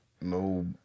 No